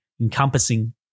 encompassing